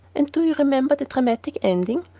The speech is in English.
and do you remember the dramatic ending?